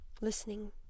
listening